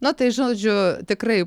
na tai žodžiu tikrai